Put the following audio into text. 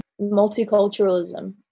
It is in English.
multiculturalism